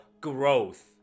growth